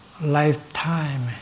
lifetime